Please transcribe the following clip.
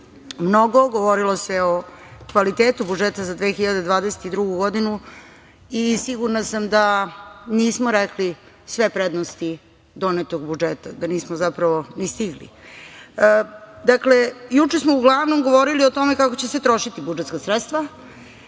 mnogo. Govorilo se o kvalitetu budžeta za 2022. godinu. Sigurna sam da nismo rekli sve prednosti donetog budžeta, da nismo zapravo ni stigli. Juče smo uglavnom govorili o tome kako će se trošiti budžetska sredstva,